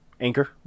Anchor